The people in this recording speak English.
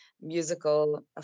musical